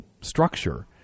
structure